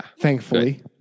Thankfully